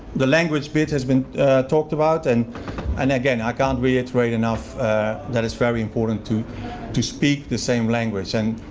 the language bit has been talked about and and again, i can't reiterate enough that it's very important to to speak the same language. and